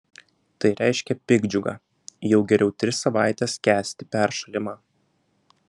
tai reiškia piktdžiugą jau geriau tris savaites kęsti peršalimą